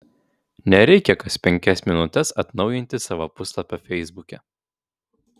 nereikia kas penkias minutes atnaujinti savo puslapio feisbuke